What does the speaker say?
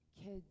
kids